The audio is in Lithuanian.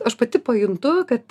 aš pati pajuntu kad